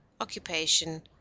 occupation